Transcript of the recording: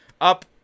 up